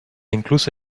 incluso